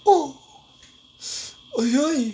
!aiyo!